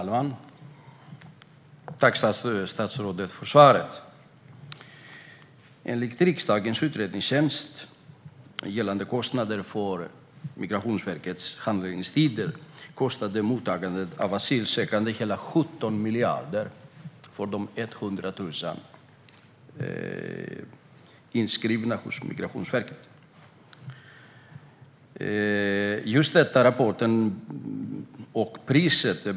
Herr talman! Jag tackar statsrådet för svaret. Enligt riksdagens utredningstjänsts rapport gällande kostnader för Migrationsverkets handläggningstider kostade mottagandet av asylsökande hela 17 miljarder för de 100 000 som är inskrivna hos Migrationsverket.